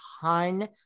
ton